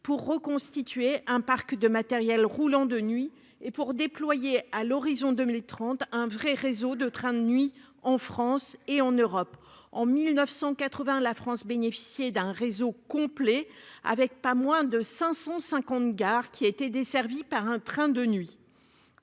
pour reconstituer un parc de matériel roulant de nuit, et pour déployer à horizon de 2030 un véritable réseau de trains de nuit en France et vers l'Europe. En 1980, la France bénéficiait d'un réseau complet, avec pas moins de 550 gares desservies par un train de nuit.